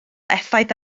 effaith